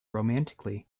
romantically